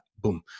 boom